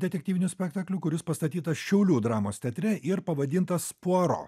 detektyviniu spektakliu kuris pastatytas šiaulių dramos teatre ir pavadintas puaro